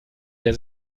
der